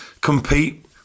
compete